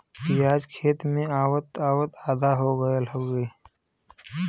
पियाज खेत से आवत आवत आधा हो गयल हउवे